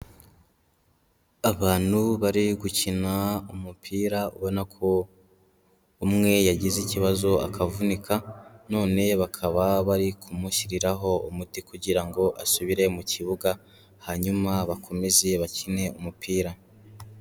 Abantu bari gukina umupira ubona ko umwe yagize ikibazo akavunika none bakaba bari kumushyiriraho umuti kugira ngo asubire mu kibuga, hanyuma bakomeze bakine umupira.